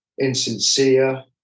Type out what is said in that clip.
insincere